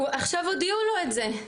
עכשיו הודיעו לו את זה.